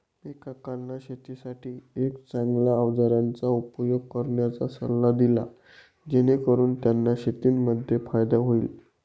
मी काकांना शेतीसाठी एक चांगल्या अवजारांचा उपयोग करण्याचा सल्ला दिला, जेणेकरून त्यांना शेतीमध्ये फायदा होईल